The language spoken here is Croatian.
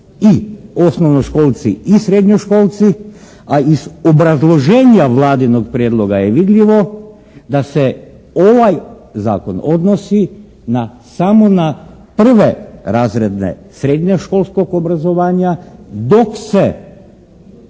i osnovnoškolci i srednjoškolci, a iz obrazloženja Vladinog prijedloga je vidljivo da se ovaj zakon odnosi na samo na prve razrede srednjoškolskog obrazovanja, dok se